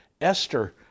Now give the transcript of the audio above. Esther